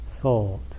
Thought